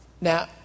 Now